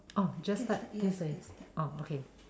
oh just start oh okay